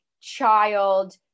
child